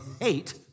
hate